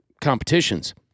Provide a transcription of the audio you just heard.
competitions